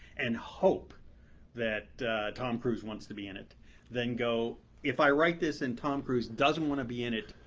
and hope that tom cruise wants to be in it than go, if i write this and tom cruise doesn't want to be in it,